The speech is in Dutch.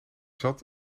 zat